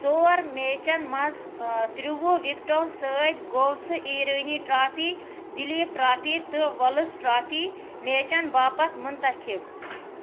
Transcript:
ژور میچن منٛز ترٛووُہ وِکٹَو سۭتۍ گوٚو سُہ ایرٲنی ٹرٛافی دلیپ ٹرٛافی تہٕ ولز ٹرٛافی میچن باپتھ منتخب